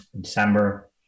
December